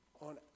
on